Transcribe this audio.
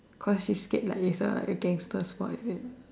cause you scared like is a gangster spot is it